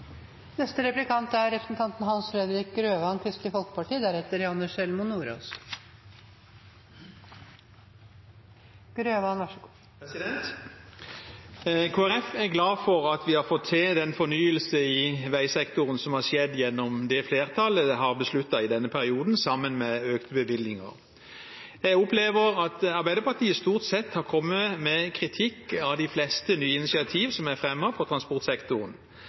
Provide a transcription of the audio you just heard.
Kristelig Folkeparti er glad for at vi har fått til den fornyelsen i veisektoren som har skjedd gjennom det flertallet har besluttet i denne perioden, sammen med økte bevilgninger. Jeg opplever at Arbeiderpartiet stort sett har kommet med kritikk av de fleste nye initiativ som er tatt i transportsektoren,